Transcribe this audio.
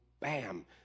bam